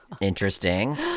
Interesting